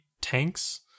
tanks